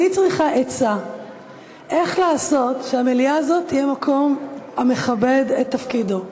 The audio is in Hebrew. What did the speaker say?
אני צריכה עצה איך לעשות שהמליאה הזאת תהיה מקום המכבד את תפקידו.